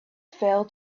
fell